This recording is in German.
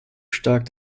stark